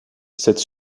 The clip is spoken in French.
cette